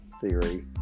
theory